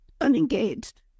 unengaged